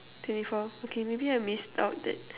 twenty four okay maybe I missed out that